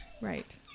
right